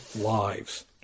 lives